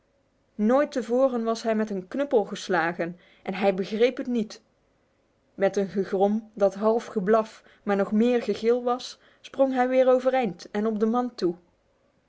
nooit te voren was hij met een knuppel geslagen en hij begreep het niet met een gegrom dat half geblaf maar nog meer gegil was sprong hij weer overeind en op den man toe